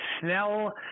Snell